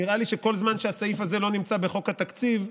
נראה לי שכל זמן שהסעיף הזה לא נמצא בחוק התקציב,